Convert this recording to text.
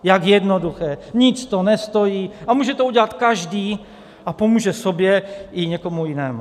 Jak jednoduché, nic to nestojí, může to udělat každý a pomůže sobě i někomu jinému.